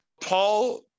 paul